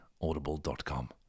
Audible.com